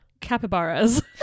capybaras